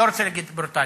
לא רוצה להגיד "ברוטליים".